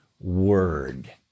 word